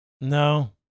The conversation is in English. No